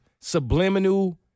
subliminal